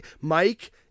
Mike